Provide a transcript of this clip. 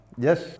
Yes